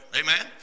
amen